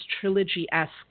trilogy-esque